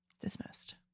Dismissed